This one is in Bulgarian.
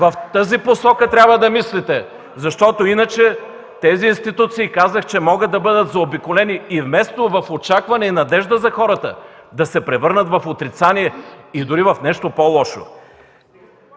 В тази посока трябва да мислите, защото институциите могат да бъдат заобиколени и вместо в очакване и надежда за хората, да се превърнат в отрицание и дори в нещо по-лошо.